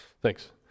Thanks